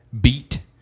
beat